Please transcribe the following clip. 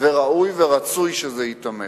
וראוי ורצוי שזה ייתמך.